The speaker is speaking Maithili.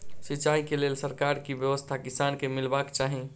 सिंचाई केँ लेल सरकारी की व्यवस्था किसान केँ मीलबाक चाहि?